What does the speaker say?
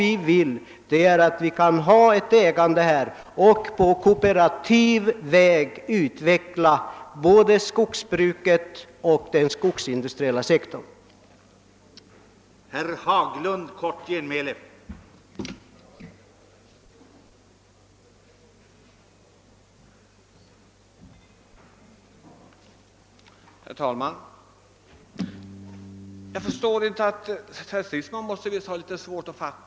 Vi vill ha ett ägande så att både privatskogsbruket och den skogsindustriella sektorn kan utvecklas på kooperativ väg.